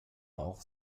auch